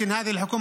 חשבתי שנעלמת לי.